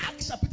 Acts